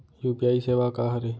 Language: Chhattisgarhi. यू.पी.आई सेवा का हरे?